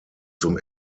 zum